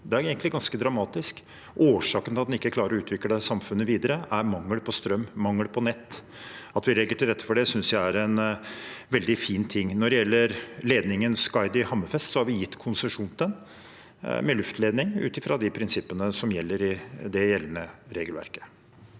egentlig ganske dramatisk. Årsaken til at en ikke klarer å utvikle samfunnet videre, er mangel på strøm, mangel på nett. At vi legger til rette for det, synes jeg er en veldig fin ting. Når det gjelder ledningen Skaidi–Hammerfest, har vi gitt konsesjon til den med luftledning, ut fra prinsippene i det gjeldende regelverket.